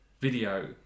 video